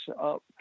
up